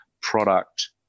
product